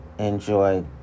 enjoy